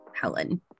Helen